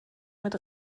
mit